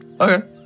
Okay